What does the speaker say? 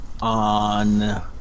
on